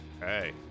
Hey